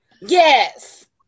Yes